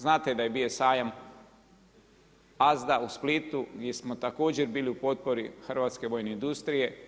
Znate da je bio sajam ASDA u Splitu gdje smo također bili u potpori hrvatske vojne industrije.